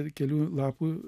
ir kelių lapų